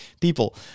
people